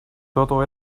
todo